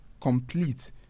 complete